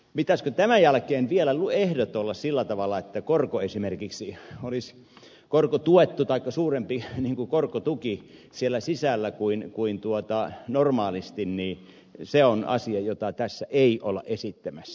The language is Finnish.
pitäisikö tämän jälkeen vielä ehtojen olla sellaisia että korko esimerkiksi olisi korkotuettu taikka olisi suurempi korkotuki siellä sisällä kuin normaalisti se on asia jota tässä ei olla esittämässä